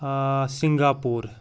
Singapore